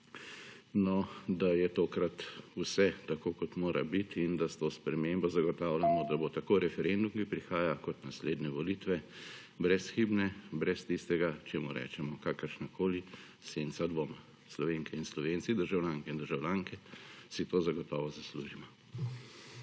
No, da je tokrat vse tako, kot mora biti in da s to spremembo zagotavljamo, da / znak za konec razprave/ bo tako referendum, ki prihaja, kot naslednje volitve brezhibne, brez tistega, čemur rečemo kakršnakoli senca dvoma. Slovenke in Slovenci, državljanke in državljani si to zagotovo zaslužimo.